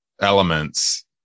elements